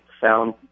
found